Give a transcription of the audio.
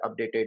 updated